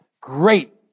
Great